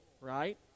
right